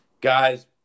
guys